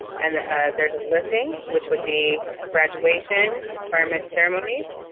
and there's a listing, which would be graduation, requirements, ceremonies,